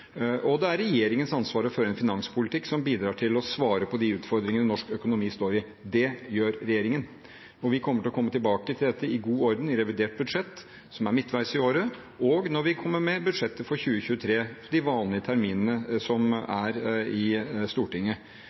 og det er regjeringens ansvar å føre en finanspolitikk som bidrar til å svare på de utfordringene norsk økonomi står i. Det gjør regjeringen. Vi kommer til å komme tilbake til dette i god orden i revidert budsjett, som er midtveis i året, og når vi kommer med budsjettet for 2023, til de vanlige terminene som er i Stortinget.